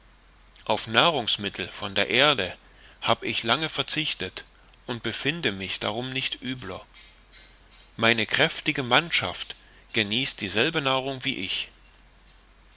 auf nahrungsmittel von der erde hab ich lange verzichtet und befinde mich darum nicht übler meine kräftige mannschaft genießt dieselbe nahrung wie ich